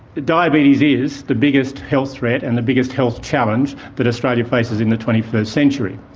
diabetes is the biggest health threat and the biggest health challenge that australia faces in the twenty first century.